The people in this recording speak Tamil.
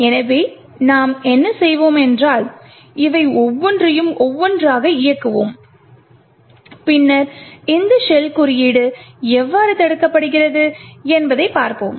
எனவே நாம் என்ன செய்வோம் என்றால் இவை ஒவ்வொன்றையும் ஒவ்வொன்றாக இயக்குவோம் பின்னர் இந்த ஷெல் குறியீடு எவ்வாறு தடுக்கப்படுகிறது என்பதைப் பார்ப்போம்